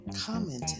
commented